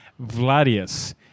Vladius